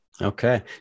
Okay